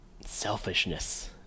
selfishness